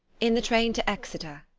in the train to exeter.